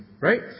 Right